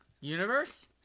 Universe